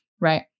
Right